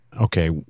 okay